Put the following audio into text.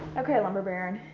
okay lumber baron,